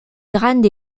grande